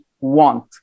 want